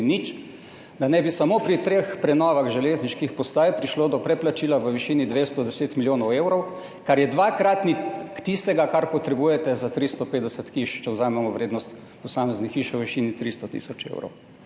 nič, da ne bi samo pri treh prenovah železniških postaj prišlo do preplačila v višini 210 milijonov evrov, kar je dvakratnik tistega, kar potrebujete za 350 hiš, če vzamemo vrednost posamezne hiše v višini 300 tisoč evrov.